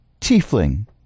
Tiefling